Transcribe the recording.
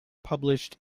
published